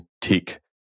tick